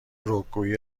رکگویی